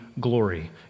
glory